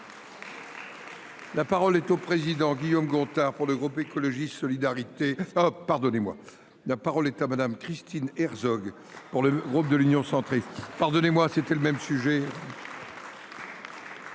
La parole est au président Guillaume Gontard pour le groupe Ecologie Solidarité. Pardonnez-moi. La parole est à madame Christine Herzog pour le groupe de l'Union centrale. Pardonnez-moi, c'était le même sujet.